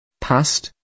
Past